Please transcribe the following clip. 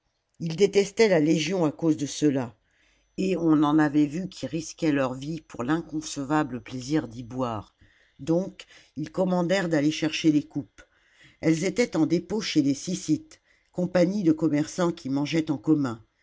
ils détestaient la légion à cause de cela et on en avait vu qui risquaient leur vie pour l'inconcevable plaisir d'y boire donc ils commandèrent d'aller chercher les coupes elles étaient en dépôt chez les syssites compagnies de commerçants qui mangeaient en commun